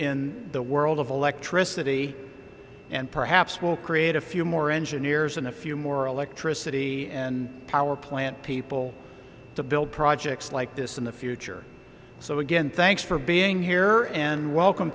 in the world of electricity and perhaps we'll create a few more engineers and a few more electricity and power plant people to build projects like this in the future so again thanks for being here and welcome